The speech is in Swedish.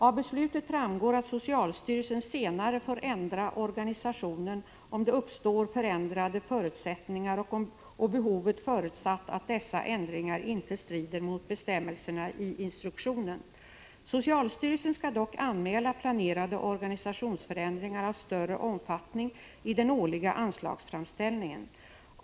Av beslutet framgår att socialstyrelsen senare får ändra organisationen om det uppstår förändrade förutsättningar och behov förutsatt att dessa ändringar inte strider mot bestämmelserna i instruktionen. Socialstyrelsen skall dock anmäla planerade organisationsförändringar av större omfattning i den årliga anslagsframställningen.